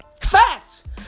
Facts